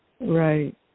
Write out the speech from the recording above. Right